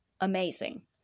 amazing